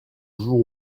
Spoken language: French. jour